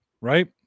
Right